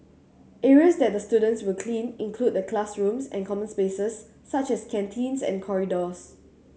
areas that the students will clean include the classrooms and common spaces such as canteens and corridors